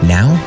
Now